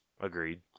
Agreed